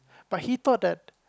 but he thought that